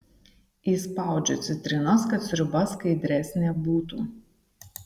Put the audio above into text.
įspaudžiu citrinos kad sriuba skaidresnė būtų